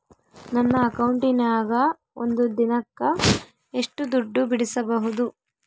ನನ್ನ ಅಕೌಂಟಿನ್ಯಾಗ ಒಂದು ದಿನಕ್ಕ ಎಷ್ಟು ದುಡ್ಡು ಬಿಡಿಸಬಹುದು?